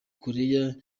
koreya